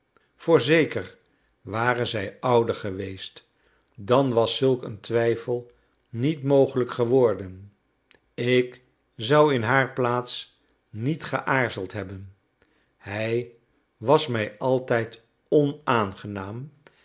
voorzeker ware zij ouder geweest dan was zulk een twijfel niet mogelijk geworden ik zou in haar plaats niet geaarzeld hebben hij was mij altijd onaangenaam